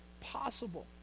possible